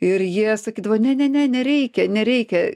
ir jie sakydavo ne ne ne nereikia nereikia